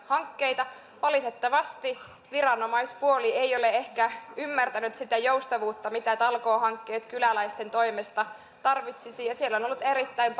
hankkeita valitettavasti viranomaispuoli ei ole ehkä ymmärtänyt sitä joustavuutta mitä talkoohankkeet kyläläisten toimesta tarvitsisivat ja siellä on ollut erittäin